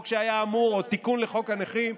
או התיקון לחוק הנכים,